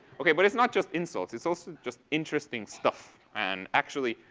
okay. but it's not just insults. it's also just interesting stuff. and, actually,